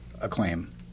acclaim